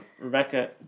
Rebecca